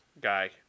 guy